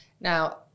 Now